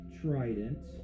trident